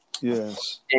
Yes